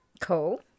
Cool